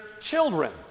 children